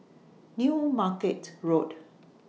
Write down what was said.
New Market Road